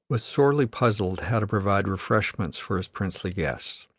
was sorely puzzled how to provide refreshments for his princely guests.